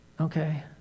okay